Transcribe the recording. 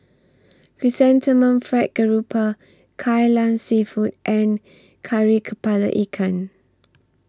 Chrysanthemum Fried Garoupa Kai Lan Seafood and Kari Kepala Ikan